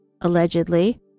allegedly